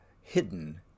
hidden